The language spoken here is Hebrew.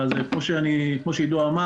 אבל כמו שעידו אמר